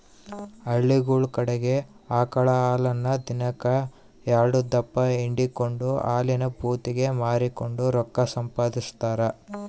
ಹಳ್ಳಿಗುಳ ಕಡಿಗೆ ಆಕಳ ಹಾಲನ್ನ ದಿನಕ್ ಎಲ್ಡುದಪ್ಪ ಹಿಂಡಿಕೆಂಡು ಹಾಲಿನ ಭೂತಿಗೆ ಮಾರಿಕೆಂಡು ರೊಕ್ಕ ಸಂಪಾದಿಸ್ತಾರ